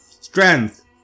strength